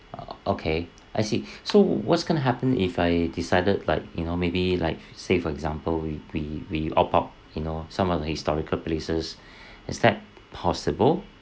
oh okay I see so what's going to happen if I decided like you know maybe like say for example we we we opt out you know some of the historical places is that possible